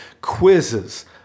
quizzes